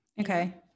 Okay